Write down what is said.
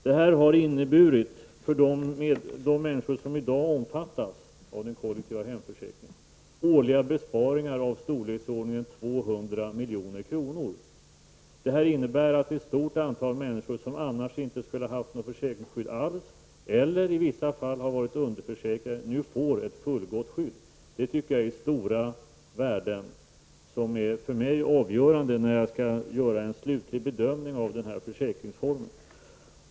Det här har inneburit för de människor som i dag omfattas av den kollektiva hemförsäkringen årliga besparingar i storleksordningen 200 milj.kr. Det innebär att ett stort antal människor som annars inte skulle ha haft något försäkringsskydd eller i vissa fall har varit underförsäkrade nu får ett fullgott skydd. Det tycker jag är stora värden som för mig är det avgörande när jag skall göra en slutlig bedömning av den här försäkringsformen.